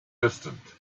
distant